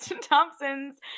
Thompson's